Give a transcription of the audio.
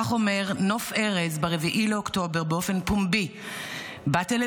כך אומר נוף ארז ב-4 באוקטובר באופן פומבי בטלוויזיה,